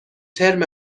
ترم